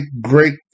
great